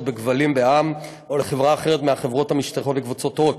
בכבלים בע"מ או לחברה אחרת מהחברות המשתייכות לקבוצת הוט.